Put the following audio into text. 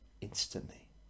instantly